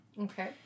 Okay